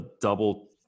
double-